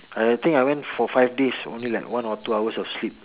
I think I went for five days only like one or two hours of sleep